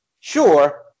Sure